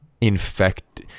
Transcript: infect